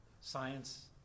Science